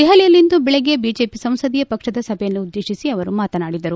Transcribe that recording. ದೆಹಲಿಯಲ್ಲಿಂದು ಬೆಳಗ್ಗೆ ಬಿಜೆಪಿ ಸಂಸದೀಯ ಪಕ್ಷದ ಸಭೆಯನ್ನುದ್ದೇಶಿಸಿ ಅವರು ಮಾತನಾಡಿದರು